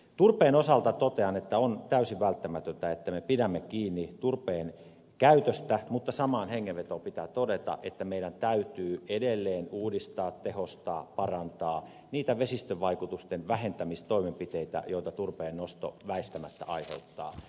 turpeen osalta totean että on täysin välttämätöntä että me pidämme kiinni turpeen käytöstä mutta samaan hengenvetoon pitää todeta että meidän täytyy edelleen uudistaa tehostaa parantaa niitä vesistövaikutusten vähentämistoimenpiteitä joita turpeen nosto väistämättä aiheuttaa